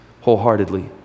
wholeheartedly